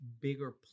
bigger